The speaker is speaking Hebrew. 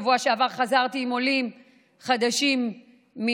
בשבוע שעבר חזרתי עם עולים חדשים מאתיופיה.